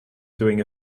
doing